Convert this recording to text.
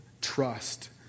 trust